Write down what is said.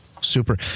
Super